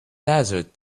desert